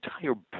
entire